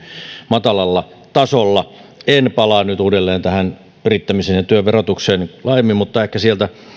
matalalla tasolla en palaa nyt uudelleen tähän yrittämisen ja työn verotukseen laajemmin mutta ehkä sieltä